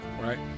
Right